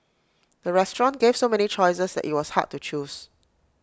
the restaurant gave so many choices IT was hard to choose